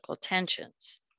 tensions